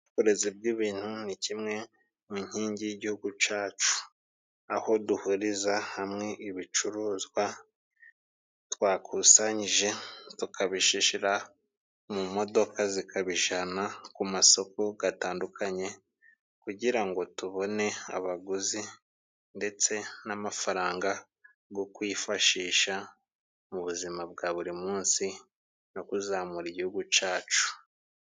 Uburezi bw'ibintu ni kimwe mu nkingi y'igihugu cyacu. Aho duhuriza hamwe ibicuruzwa twakusanyije, tukabishyira mu modoka zikabijyana ku masoko atandukanye, kugira ngo tubone abaguzi. Ndetse n'amafaranga yo kwifashisha, mu buzima bwa buri munsi, no kuzamura igihugu cyacu.